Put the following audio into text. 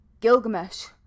Gilgamesh